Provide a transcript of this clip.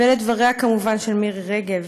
ואלה דבריה, כמובן, של מירי רגב,